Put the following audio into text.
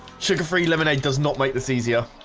sugar free lemonade does not make this easier.